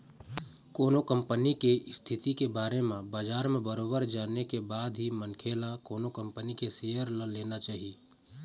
कोनो कंपनी के इस्थिति के बारे म बजार म बरोबर जाने के बाद ही मनखे ल कोनो कंपनी के सेयर ल लेना चाही